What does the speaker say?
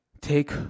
Take